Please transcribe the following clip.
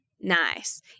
Nice